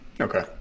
Okay